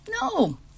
No